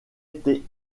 été